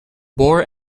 bohr